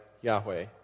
Yahweh